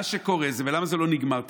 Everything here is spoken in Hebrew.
מה שקורה, למה זה לא נגמר תמיד?